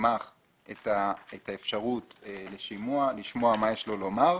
לגמ"ח את האפשרות לשימוע, לשמוע מה יש לו לומר,